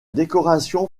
décoration